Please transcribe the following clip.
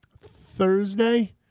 Thursday